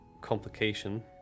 complication